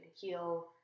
heal